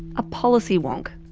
a policy wonk.